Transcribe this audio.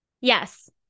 Yes